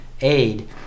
aid